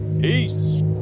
Peace